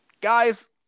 Guys